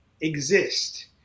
exist